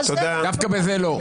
דווקא בזה לא.